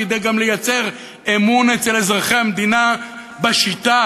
גם כדי לייצר אמון אצל אזרחי המדינה בשיטה,